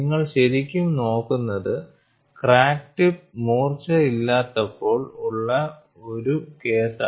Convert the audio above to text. നിങ്ങൾ ശരിക്കും നോക്കുന്നത് ക്രാക്ക് ടിപ്പ് മൂർച്ച ഇല്ലാത്തപ്പോൾ ഉള്ള ഒരു കേസാണ്